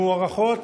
המוערכות